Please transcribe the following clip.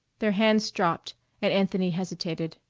their hands dropped and anthony hesitated.